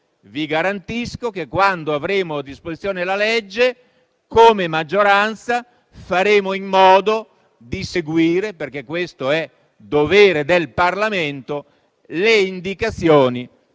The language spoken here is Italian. Vi garantisco che quando avremo a disposizione la legge, come maggioranza, faremo in modo di seguire - perché questo è dovere del Parlamento - le indicazioni